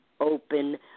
open